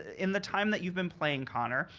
in the time that you've been playing connor,